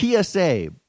PSA